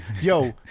Yo